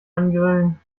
angrillen